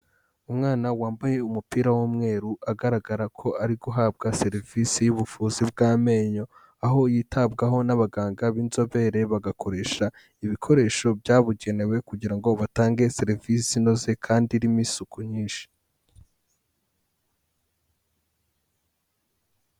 Umwana wambaye umupira w'umweru agaragara ko ari guhabwa serivisi y'ubuvuzi bw'amenyo. Aho yitabwaho n'abaganga b'inzobere bagakoresha ibikoresho byabugenewe, kugira ngo batange serivisi inoze kandi irimo isuku nyinshi.